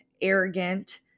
arrogant